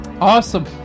Awesome